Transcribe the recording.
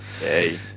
Hey